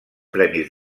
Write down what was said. premis